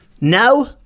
now